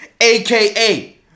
aka